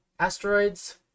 Asteroids